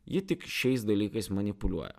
ji tik šiais dalykais manipuliuoja